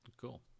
Cool